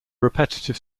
repetitive